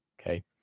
Okay